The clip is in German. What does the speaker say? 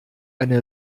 eine